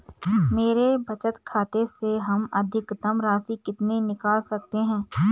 मेरे बचत खाते से हम अधिकतम राशि कितनी निकाल सकते हैं?